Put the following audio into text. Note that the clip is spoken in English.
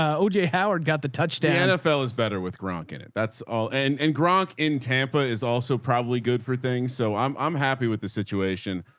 oj howard got the touchdown. nfl is better with gronk in it. that's all and and gronk in tampa is also probably good for things. so i'm, i'm happy with the situation.